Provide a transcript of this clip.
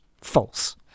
false